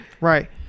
Right